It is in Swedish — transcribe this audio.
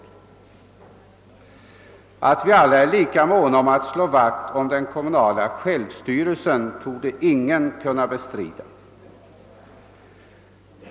Ingen torde kunna bestrida att vi alla är lika måna om att slå vakt om den kommunala självstyrelsen.